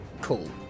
Cool